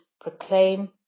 proclaim